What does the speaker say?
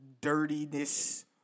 dirtiness